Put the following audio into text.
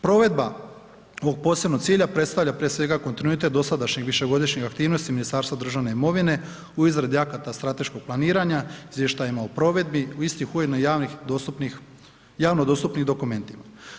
Provedba ovog posebnog cilja predstavlja prije svega kontinuitet dosadašnje višegodišnje aktivnosti Ministarstva državne imovine u izradi akata strateškog planiranja, izvještajima u provedbi, istih ujedno i javnih, dostupnih, javno dostupnih dokumentima.